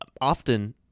often